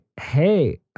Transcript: hey